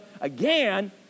again